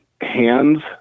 hands